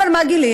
אבל מה גילינו?